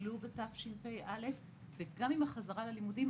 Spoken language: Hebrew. עלו בתשפ"א וגם עם החזרה ללימודים,